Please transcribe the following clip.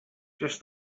just